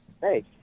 hey